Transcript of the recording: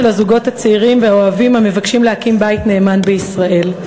הזוגות הצעירים והאוהבים המבקשים להקים בית נאמן בישראל.